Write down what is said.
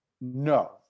No